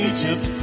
Egypt